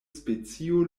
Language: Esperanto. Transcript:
specio